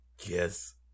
yes